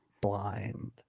blind